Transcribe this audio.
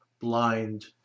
blind